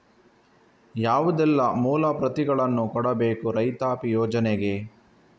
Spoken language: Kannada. ಯಾವುದೆಲ್ಲ ಮೂಲ ಪ್ರತಿಗಳನ್ನು ಕೊಡಬೇಕು ರೈತಾಪಿ ಯೋಜನೆಗೆ?